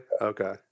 Okay